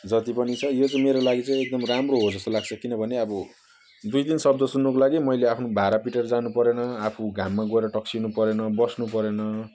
जति पनि छ यो चाहिँ मेरो लागि चाहिँ एकदम राम्रो हो जस्तो लाग्छ किनभने अब दुई तिन शब्द सुन्नुको लागि मैले आफ्नो भाडा पिटेर जानु परेन आफू घाममा गएर टाक्सिनु परेन बस्नु परेन